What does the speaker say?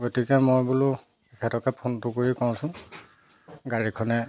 গতিকে মই বোলো সিহঁতকে ফোনটো কৰি কওঁচোন গাড়ীখনে